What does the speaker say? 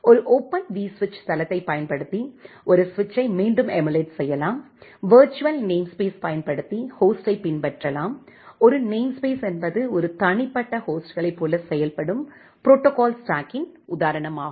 ஒரு ஓபன் விஸ்விட்ச் தளத்தைப் பயன்படுத்தி ஒரு சுவிட்சை மீண்டும் எமுலேட் செய்யலாம் விர்ச்சுவல் நேம்ஸ்பேஸ் பயன்படுத்தி ஹோஸ்டைப் பின்பற்றலாம் ஒரு நேம்ஸ்பேஸ் என்பது ஒரு தனிப்பட்ட ஹோஸ்ட்களைப் போல செயல்படும் ப்ரோடோகால் ஸ்டாக்கின் உதாரணமாகும்